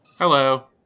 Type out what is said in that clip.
Hello